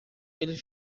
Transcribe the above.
ele